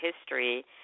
history